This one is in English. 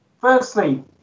Firstly